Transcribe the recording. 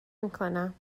میکنم